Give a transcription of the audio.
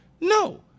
No